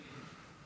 כן.